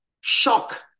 shock